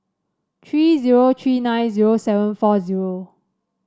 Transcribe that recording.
three zero three nine zero seven four zero